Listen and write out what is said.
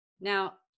Now